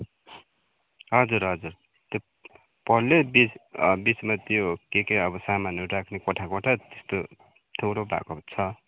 हजुर हजुर त्यो पल्ले बिच अँ बिचमा त्यो के के अब सामानहरू राख्ने कोठा कोठा त्यस्तो थुप्रो भएको छ